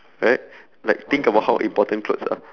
right like think about how important clothes are